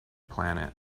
planet